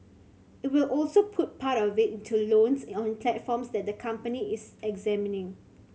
it will also put part of it into loans on platforms that the company is examining